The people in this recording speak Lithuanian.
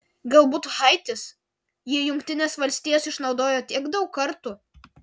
galbūt haitis jį jungtinės valstijos išnaudojo tiek daug kartų